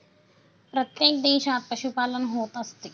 प्रत्येक देशात पशुपालन होत असते